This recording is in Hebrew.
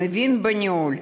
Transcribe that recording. מבין בניהול,